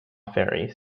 ferries